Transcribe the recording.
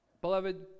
Beloved